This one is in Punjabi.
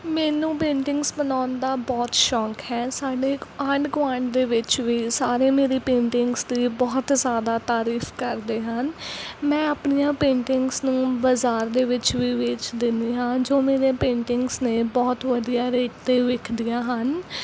ਮੈਨੂੰ ਪੇਂਟਿੰਗਸ ਬਣਾਉਣ ਦਾ ਬਹੁਤ ਸ਼ੌਕ ਹੈ ਸਾਡੇ ਆਂਢ ਗੁਆਂਢ ਦੇ ਵਿੱਚ ਵੀ ਸਾਰੇ ਮੇਰੀ ਪੇਂਟਿੰਗਸ ਦੀ ਬਹੁਤ ਜ਼ਿਆਦਾ ਤਾਰੀਫ ਕਰਦੇ ਹਨ ਮੈਂ ਆਪਣੀਆਂ ਪੇਂਟਿੰਗਸ ਨੂੰ ਬਜ਼ਾਰ ਦੇ ਵਿੱਚ ਵੀ ਵੇਚ ਦਿੰਦੀ ਹਾਂ ਜੋ ਮੇਰੀਆਂ ਪੇਂਟਿੰਗਸ ਨੇ ਬਹੁਤ ਵਧੀਆ ਰੇਟ 'ਤੇ ਵਿਕਦੀਆਂ ਹਨ